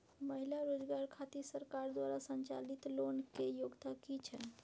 महिला रोजगार खातिर सरकार द्वारा संचालित लोन के योग्यता कि छै?